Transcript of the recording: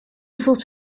sort